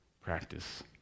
practice